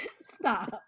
Stop